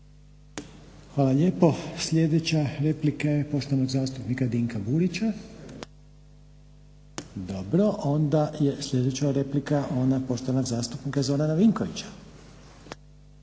Hvala lijepo. Sljedeća replika je poštovanog zastupnika Dinka Burića. Dobro. Onda je sljedeća replika ona poštovanog zastupnika Zorana Vinkovića.